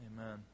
Amen